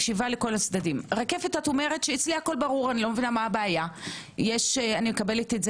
היא אומרת: אני מקבלת את זה